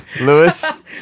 Lewis